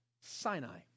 Sinai